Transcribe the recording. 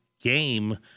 game